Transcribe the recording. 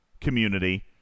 community